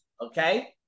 okay